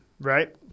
right